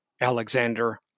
Alexander